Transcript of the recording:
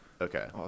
Okay